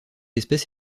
espèce